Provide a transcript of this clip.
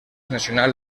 nacional